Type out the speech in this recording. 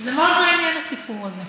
מאוד מעניין הסיפור הזה.